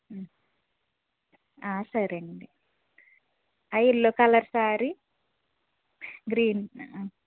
ఆ సరెండి ఆ యెల్లో కలర్ సారీ గ్రీన్